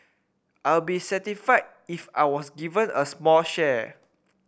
I'll be satisfied if I was given a small share